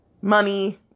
money